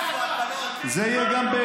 זה יהיה גם,